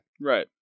right